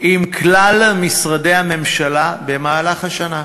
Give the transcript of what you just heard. עם כלל משרדי הממשלה במהלך השנה.